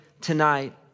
tonight